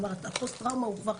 כבר הפוסט טראומה הוא כבר,